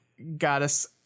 goddess